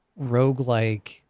roguelike